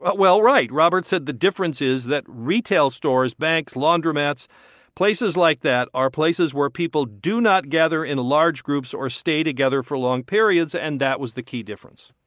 but well, right. roberts said the difference is that retail stores, banks, laundromats places like that are places where people do not gather in large groups or stay together for long periods, and that was the key difference.